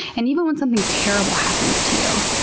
and even when something terrible happens to you,